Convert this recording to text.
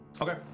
Okay